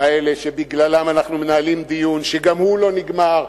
האלה שבגללם אנחנו מנהלים דיון שגם הוא לא נגמר,